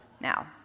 Now